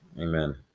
Amen